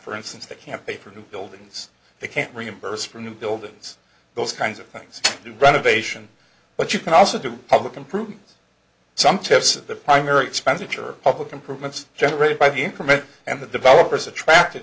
for instance they can't pay for new buildings they can't reimburse for new buildings those kinds of things do renovation but you can also do public improve some chips of the primary expenditure public improvements generated by the increment and the developers attracted